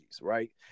right